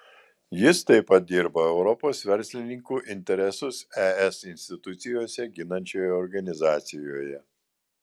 jis taip pat dirba europos verslininkų interesus es institucijose ginančioje organizacijoje